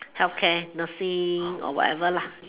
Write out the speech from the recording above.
healthcare nursing or whatever lah